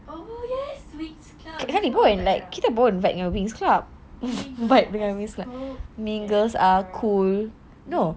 oh yes winx club that one my era mean girls are icy cold